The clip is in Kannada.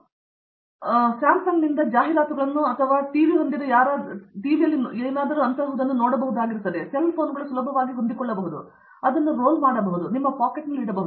ದೀಪಾ ವೆಂಕಟೇಶ್ ಸರಿ ನೀವು ಸ್ಯಾಮ್ಸಮ್ನಿಂದ ಜಾಹೀರಾತುಗಳನ್ನು ಅಥವಾ ಟಿವಿ ಹೊಂದಿದ ಯಾರಾದರೂ ಹೊಂದಿಕೊಳ್ಳುವಂತಹವುಗಳನ್ನು ನೀವು ನೋಡಬಹುದಾಗಿರುತ್ತದೆ ನಿಮ್ಮ ಸೆಲ್ ಫೋನ್ಗಳು ಸುಲಭವಾಗಿ ಹೊಂದಿಕೊಳ್ಳಬಹುದು ನೀವು ಅದನ್ನು ರೋಲ್ ಮಾಡಬಹುದು ಮತ್ತು ಅದನ್ನು ನಿಮ್ಮ ಪಾಕೆಟ್ನಲ್ಲಿ ಇಡಬಹುದು